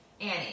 Annie